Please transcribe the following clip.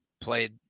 played